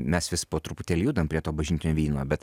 mes vis po truputį judam prie to bažnytinio vyno bet